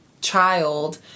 child